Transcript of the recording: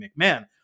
McMahon